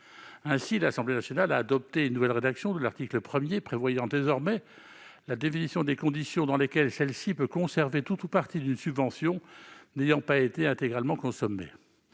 Ainsi, l'Assemblée nationale a adopté une nouvelle rédaction de l'article 1 définissant désormais les conditions dans lesquelles une association peut conserver « tout ou partie d'une subvention n'ayant pas été intégralement consommée